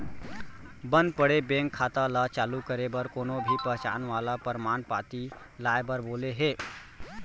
बंद पड़े बेंक खाता ल चालू करे बर कोनो भी पहचान वाला परमान पाती लाए बर बोले हे